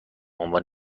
عنوان